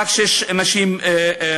עובדות רק שש נשים דרוזיות.